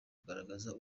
kugaragaza